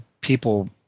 people